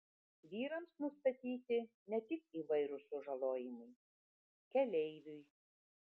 vyrams nustatyti ne tik įvairūs sužalojimai keleiviui